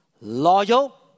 loyal